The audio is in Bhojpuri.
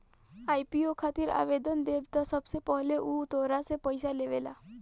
आई.पी.ओ खातिर आवेदन देबऽ त सबसे पहिले उ तोहरा से पइसा लेबेला